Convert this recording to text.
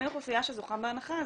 מי האוכלוסייה שזוכה בהנחה הזאת?